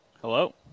Hello